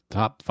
top